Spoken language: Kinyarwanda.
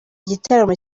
gitaramo